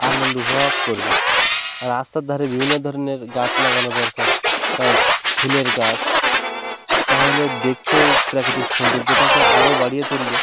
আনন্দ উপভোগ করবে রাস্তার ধারে বিভিন্ন ধরনের গাছ লাগানো দরকার আর ফুলের গাছ তাহলে দেখতেও প্রাকৃতিক সৌন্দর্যটাকে আরো বাড়িয়ে তুলবে